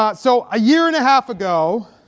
um so a year and a half ago